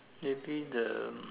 maybe the um